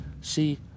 see